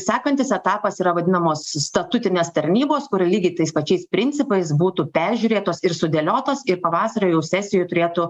sekantis etapas yra vadinamos statutinės tarnybos kur lygiai tais pačiais principais būtų peržiūrėtos ir sudėliotos ir pavasario jau sesijoj turėtų